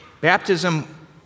Baptism